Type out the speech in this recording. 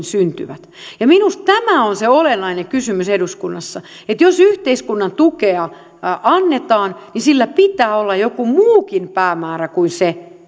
syntyvät minusta tämä on se olennainen kysymys eduskunnassa että jos yhteiskunnan tukea annetaan niin sillä pitää olla joku muukin päämäärä kuin se